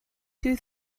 two